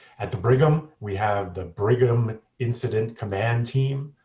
at the brigham, we have the brigham incident command team.